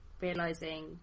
realizing